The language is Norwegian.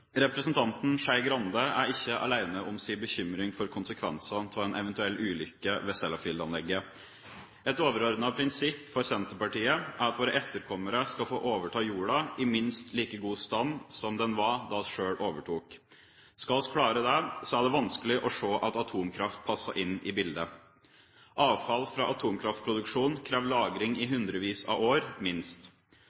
ikke alene om sin bekymring for konsekvensene av en eventuell ulykke ved Sellafield-anlegget. Et overordnet prinsipp for Senterpartiet er at våre etterkommere skal få overta jorden i minst like god stand som den var da vi selv overtok. Skal vi klare det, er det vanskelig å se at atomkraft passer inn i bildet. Avfall fra atomkraftproduksjon krever lagring i